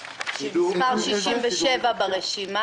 יכול להיכלל בנוהל כיוון שהוא קריטריון שמזמין שיקולים שרירותיים,